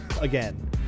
Again